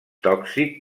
tòxic